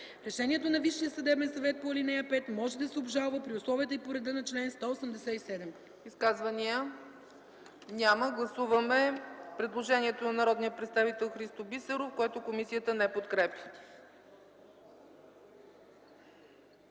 Решението на Висшия съдебен съвет по ал. 5 може да се обжалва при условията и по реда на чл. 187.”